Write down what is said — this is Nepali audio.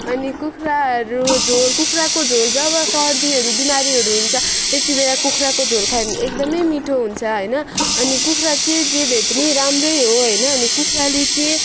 अनि कुखुराहरू झोल कुखुराको झोल जब सर्दीहरू बिमारीहरू हुन्छ त्यति बेला कुखुराको झोल खायो भने एकदमै मिठो हुन्छ होइन अनि कुखुरा चाहिँ जे भए पनि राम्रै हो होइन अनि कुखुराले चाहिँ